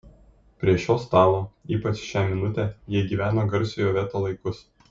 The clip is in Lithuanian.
prie šio stalo ypač šią minutę jie gyveno garsiojo veto laikus